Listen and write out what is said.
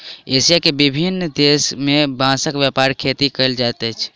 Asia के विभिन्न देश में बांसक व्यापक खेती कयल जाइत अछि